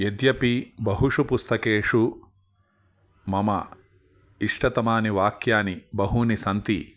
यद्यपि बहुषु पुस्तकेषु मम इष्टतमानि वाक्यानि बहूनि सन्ति